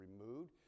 removed